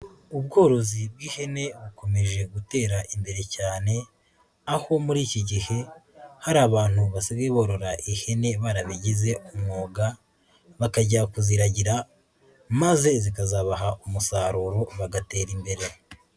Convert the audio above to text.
Ubworozi bw'ihene bukomeje gutera imbere cyane, aho muri iki gihe hari abantu basigaye borora ihene barabigize umwuga bakajya kuziragira maze zikazabaha umusaruro bagatera imbere.